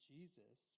Jesus